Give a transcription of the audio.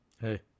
Hey